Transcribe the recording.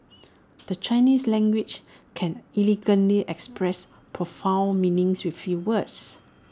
the Chinese language can elegantly express profound meanings with few words